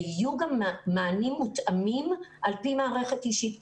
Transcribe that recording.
יהיו גם מענים מותאמים על פי מערכת אישית קבועה.